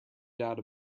doubt